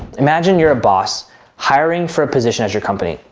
imagine you're a boss hiring for a position at your company.